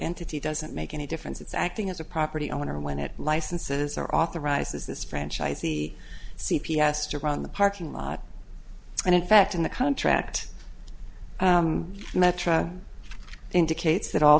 entity doesn't make any difference it's acting as a property owner when it licenses or authorizes this franchise the c p s to run the parking lot and in fact in the contract metra indicates that all